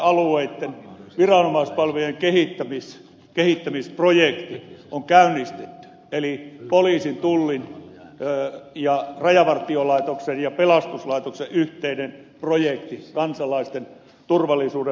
tällainen projekti harvaanasuttujen alueitten viranomaispalvelujen kehittämisprojekti on käynnistetty eli poliisin rajavartiolaitoksen ja pelastuslaitoksen yhteinen projekti kansalaisten turvallisuuden parantamiseksi